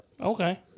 Okay